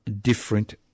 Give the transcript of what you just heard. different